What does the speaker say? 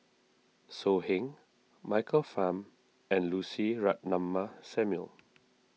So Heng Michael Fam and Lucy Ratnammah Samuel